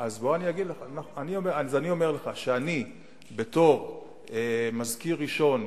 אני אומר לך שבתור מזכיר ראשון,